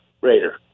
Raider